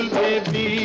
baby